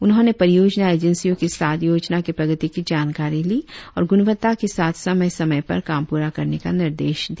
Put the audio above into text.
उन्होंने परियोजना एजेंसियों के साथ योजना के प्रगति की जानकारी ली और गुणवत्ता के साथ समय समय पर काम पूरा करने का निर्देश दिया